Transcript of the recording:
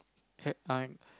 have time